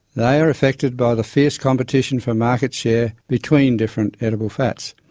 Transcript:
they are affected by the fierce competition for market-share between different edible fats.